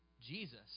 Jesus